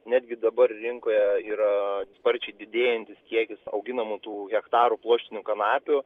netgi dabar rinkoje yra sparčiai didėjantis kiekis auginamų tų hektarų pluoštinių kanapių